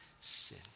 sin